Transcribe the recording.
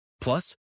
Plus